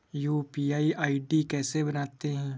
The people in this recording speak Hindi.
यू.पी.आई आई.डी कैसे बनाते हैं?